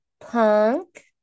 punk